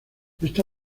esta